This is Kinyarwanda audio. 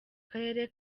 karere